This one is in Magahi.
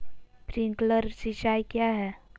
प्रिंक्लर सिंचाई क्या है?